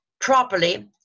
properly